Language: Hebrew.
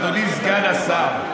אדוני סגן השר,